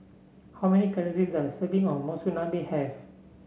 how many calories does a serving of Monsunabe have